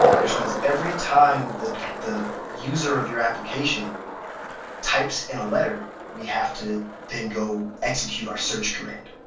which means every time the the user of your application types in a letter, we have to then go execute our search command.